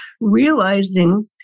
realizing